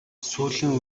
сүүлийн